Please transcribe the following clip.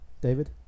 David